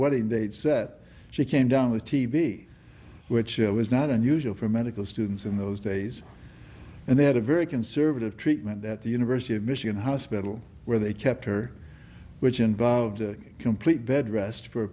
wedding dates that she came down with tb which i was not unusual for medical students in those days and they had a very conservative treatment at the university of michigan hospital where they kept her which involves a complete bed rest for a